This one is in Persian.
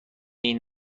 این